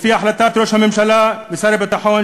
לפי החלטת ראש הממשלה ושר הביטחון,